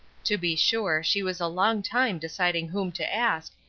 to be sure she was a long time deciding whom to ask,